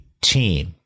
team